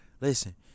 listen